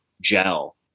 gel